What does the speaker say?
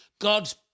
God's